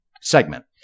segment